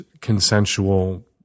consensual